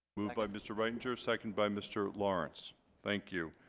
moved by mr. reitinger second by mr. lawrence thank you.